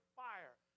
fire